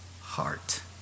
heart